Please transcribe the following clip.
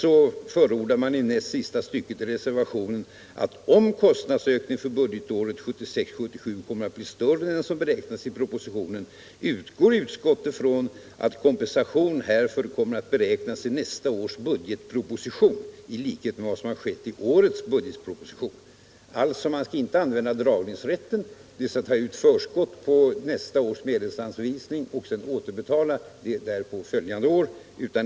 I reservationens näst sista stycke säger man: ”Om kostnadsökningen för budgetåret 1976/77 kommer att bli större än den som beräknats i propositionen utgår utskottet från att kompensation härför kommer att beräknas i nästa års budgetproposition i likhet med vad som har skett i årets budgetproposition.” Man skall alltså inte använda dragningsrätten, dvs. ta ut förskott på nästa års medelsanvisning och sedan återbetala det.